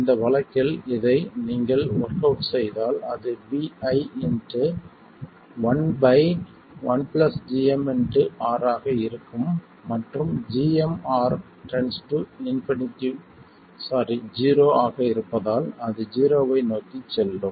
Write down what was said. இந்த வழக்கில் இதை நீங்கள் ஒர்க் அவுட் செய்தால் அது Vi 1 1 gm R ஆக இருக்கும் மற்றும் gm R 0 ஆக இருப்பதால் அது ஜீரோவை நோக்கிச் செல்லும்